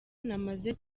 namaze